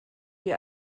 wie